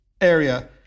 area